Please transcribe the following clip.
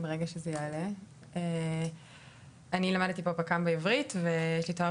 אני למדתי פק"מ באוניברסיטה העברית ויש לי תואר